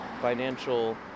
financial